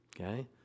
Okay